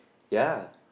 ya